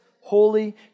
holy